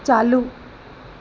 चालू